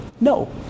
No